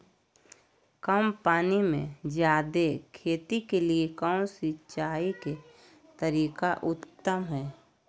कम पानी में जयादे खेती के लिए कौन सिंचाई के तरीका उत्तम है?